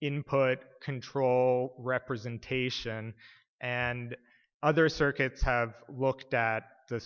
input control representation and other circuits have looked at the